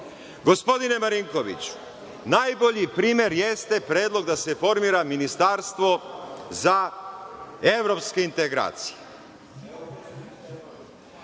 Gospodine Marinkoviću, najbolji primer jeste predlog da se formira ministarstvo za evropske integracije.